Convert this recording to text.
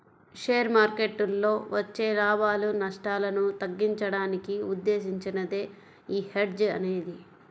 share మార్కెట్టులో వచ్చే లాభాలు, నష్టాలను తగ్గించడానికి ఉద్దేశించినదే యీ హెడ్జ్ అనేది